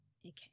okay